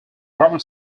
grammar